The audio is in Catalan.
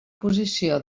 posició